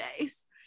days